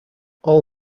all